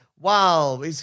wow